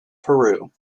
peru